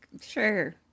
Sure